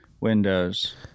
Windows